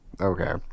Okay